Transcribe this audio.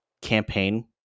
campaign